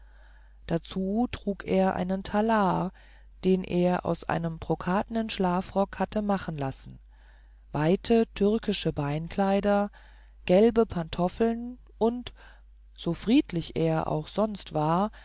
dazu trug er einen talar den er aus einem brokatnen schlafrock hatte machen lassen weite türkische beinkleider gelbe pantoffeln und so friedlich er sonst war